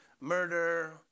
murder